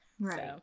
Right